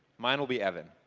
mine will be evan.